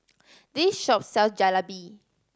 this shop sells Jalebi